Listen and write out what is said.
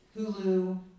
Hulu